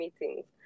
meetings